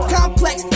Complex